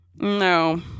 No